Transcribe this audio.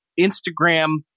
Instagram